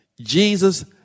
Jesus